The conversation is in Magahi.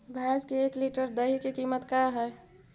भैंस के एक लीटर दही के कीमत का है?